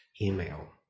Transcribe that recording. email